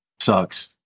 sucks